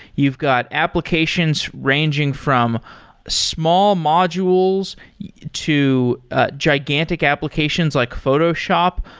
you've got applications ranging from small modules to gigantic applications, like photoshop.